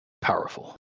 powerful